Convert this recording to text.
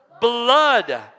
Blood